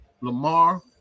Lamar